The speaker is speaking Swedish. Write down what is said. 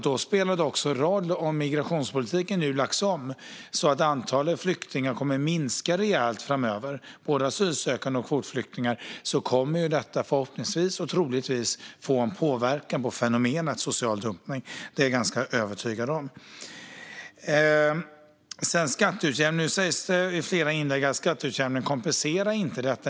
Då spelar det såklart roll att migrationspolitiken nu har lagts om så att antalet flyktingar, både asylsökande och kvotflyktingar, kommer att minska rejält framöver. Detta kommer förhoppningsvis och troligtvis att få en påverkan på fenomenet social dumpning. Det är jag ganska övertygad om. Sedan var det skatteutjämningen - det sades i flera inlägg att den inte kompenserar detta.